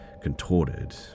contorted